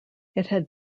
had